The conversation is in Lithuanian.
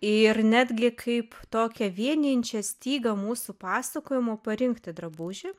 ir netgi kaip tokią vienijančią stygą mūsų pasakojimo parinkti drabužį